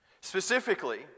Specifically